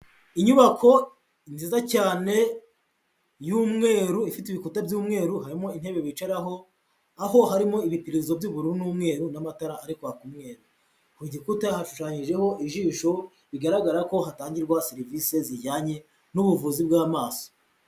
Inyubako nziza cyane y'umweru ifite ibikuta by'umweru, harimo intebe bicaraho aho harimo ibipuriza by'ubururu n'umweru n'amatara ari kwaka umweru, ku gikuta hashushanyijeho ijisho bigaragara ko hatangirwa serivisi zijyanye n'ubuvuzi bw'amaso.